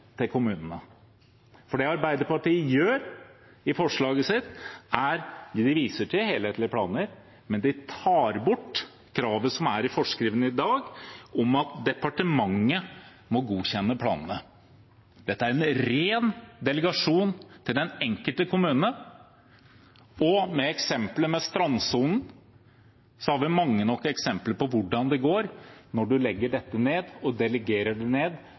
til kommunene. Arbeiderpartiet viser til helhetlige planer i forslaget sitt, men de tar bort kravet som er i forskriften i dag, om at departementet må godkjenne planene. Dette er en ren delegering til den enkelte kommune. Med eksemplet med strandsonen har vi mange nok eksempler på hvordan det går når man legger dette ned og delegerer det